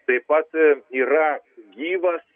taip pat yra gyvas